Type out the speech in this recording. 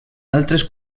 altres